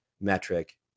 metric